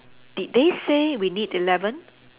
did they say we need eleven